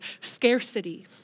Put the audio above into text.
scarcity